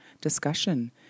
discussion